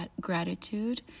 gratitude